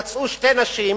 יצאו שתי נשים